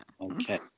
Okay